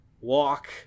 walk